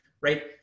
right